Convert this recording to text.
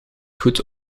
goed